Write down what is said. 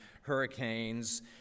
hurricanes